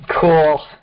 Cool